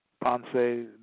Ponce